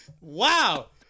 wow